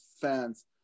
fans